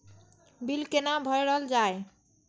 Bill कैना भरल जाय?